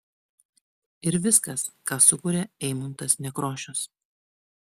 ir viskas ką sukuria eimuntas nekrošius